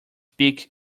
peak